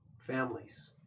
families